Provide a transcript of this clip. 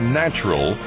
natural